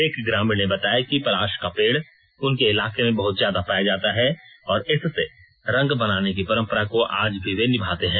एक ग्रामीण ने बताया कि पलाश का पेड़ उनके इलाके में बेहत ज्यादा पाया जाता है और इससे रंग बनाने की परंपरा को आज भी वे निभाते हैं